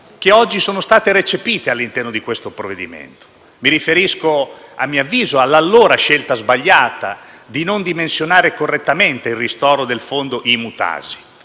che oggi sono state recepite all'interno di questo provvedimento. Mi riferisco alla scelta di allora, a mio avviso sbagliata, di non dimensionare correttamente il ristoro del fondo IMU-TASI.